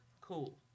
cool